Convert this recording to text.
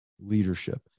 leadership